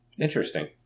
Interesting